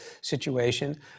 situation